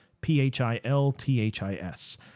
P-H-I-L-T-H-I-S